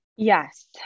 Yes